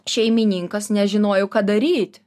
šeimininkas nežinojo ką daryt